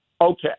Okay